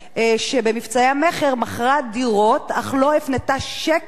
ובמבצעי המכר מכרה דירות אך לא הפנתה שקל,